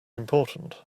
important